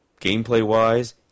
gameplay-wise